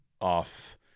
off